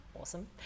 awesome